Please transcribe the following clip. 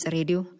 Radio